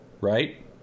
right